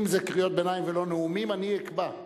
אם זה קריאות ביניים, אני אקבע.